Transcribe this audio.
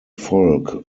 folk